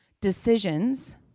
decisions